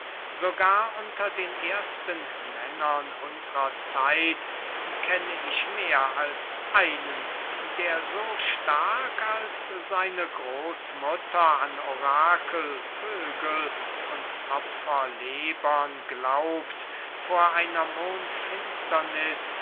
sogar unter den ersten männern unsrer zeit kenne ich mehr als einen der so stark als seine großmutter an orakel vögel und opferlebern glaubt vor einer mondfinsterniß